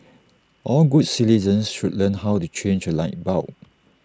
all good citizens should learn how to change A light bulb